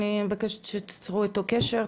אני מבקשת שתיצרו אתו קשר,